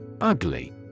Ugly